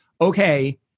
okay